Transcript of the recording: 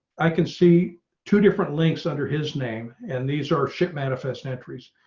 i can see two different links under his name. and these are ship manifest and entries.